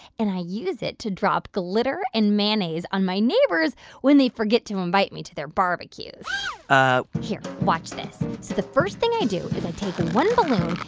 and i use it to drop glitter and mayonnaise on my neighbors when they forget to invite me to their barbecues ah. here, watch this. so the first thing i do is i take one balloon,